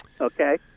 Okay